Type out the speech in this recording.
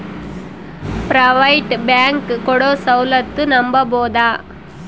Private bank ಕೊಡೊ ಸೌಲತ್ತು ನಂಬಬೋದ?